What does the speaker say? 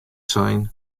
sein